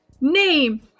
Name